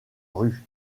rue